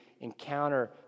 encounter